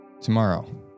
tomorrow